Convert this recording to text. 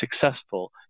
successful